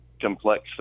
complex